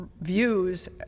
views